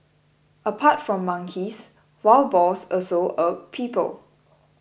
apart from monkeys wild boars also irk people